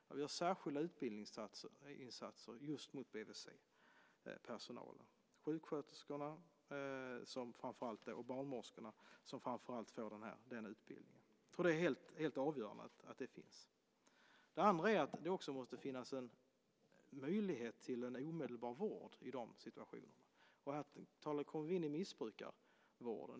Vi gör särskilda utbildningsinsatser just mot BVC-personalen. Det är sjuksköterskorna och barnmorskorna framför allt som får den utbildningen. Det är helt avgörande att det finns. Det andra är att det också måste finnas en möjlighet till omedelbar vård i de situationerna. Vi talar om missbrukarvården.